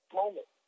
moment